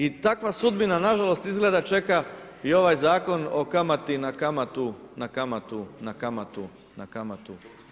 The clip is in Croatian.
I takva sudbina nažalost, izgleda čeka i ovaj zakon o kamati na kamatu, na kamatu, na kamatu, na kamatu.